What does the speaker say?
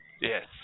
Yes